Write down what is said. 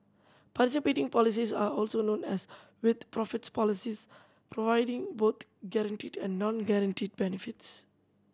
participating policies are also known as with profits policies providing both guaranteed and non guaranteed benefits